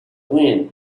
wind